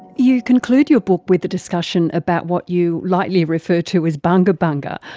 you conclude your book with a discussion about what you lightly refer to as bunga-bunga,